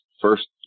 first